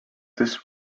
this